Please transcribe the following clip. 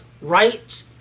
right